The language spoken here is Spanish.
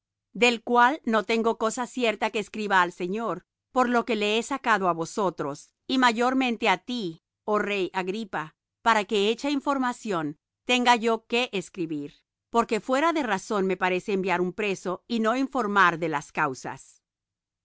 del cual no tengo cosa cierta que escriba al señor por lo que le he sacado á vosotros y mayormente á tí oh rey agripa para que hecha información tenga yo qué escribir porque fuera de razón me parece enviar un preso y no informar de las causas